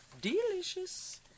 delicious